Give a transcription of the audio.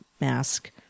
mask